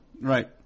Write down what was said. Right